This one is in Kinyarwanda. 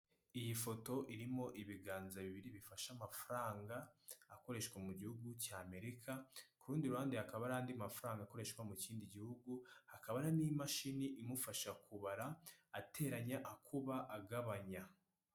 Iyi foto irimo ibiganza bibiri bifasha amafaranga akoreshwa mu gihugu cya Amerika, kurundi ruhande hakaba hari andi mafaranga akoreshwa mu kindi gihugu hakaba n'imashini imufasha kubara ateranya akuba agabanya.